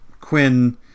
Quinn